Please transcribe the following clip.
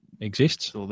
exists